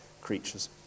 creatures